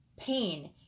pain